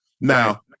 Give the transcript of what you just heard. Now